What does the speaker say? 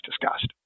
discussed